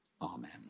amen